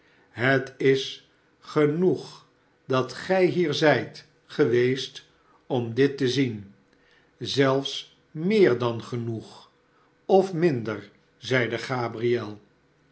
het is genoeg dat gij hier zijt geweest om dit te zien zelfs meer dan genoeg of minder zeide gabriel